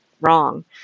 wrong